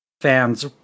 fans